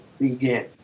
begin